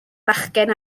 bachgen